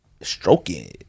Stroking